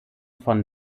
von